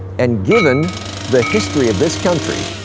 and given the history of this country,